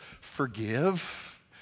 Forgive